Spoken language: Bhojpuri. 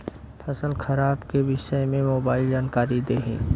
फसल खराब के विषय में मोबाइल जानकारी देही